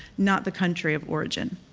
not the country of origin.